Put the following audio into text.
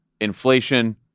inflation